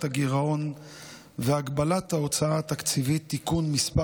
הגירעון והגבלת ההוצאה התקציבית (תיקון מס'